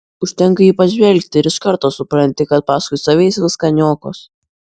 užtenka į jį pažvelgti ir iš karto supranti kad paskui save jis viską niokos